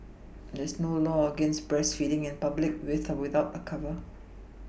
there is no law against breastfeeding in public with or without a cover